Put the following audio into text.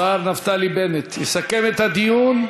השר נפתלי בנט, ויסכם את הדיון.